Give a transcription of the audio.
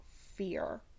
fear